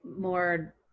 more